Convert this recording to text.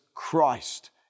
Christ